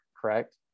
correct